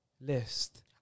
list